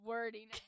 wording